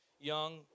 young